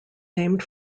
named